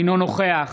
אינו נוכח